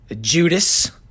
Judas